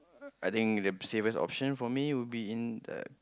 I think the safest option for me would be in the